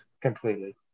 Completely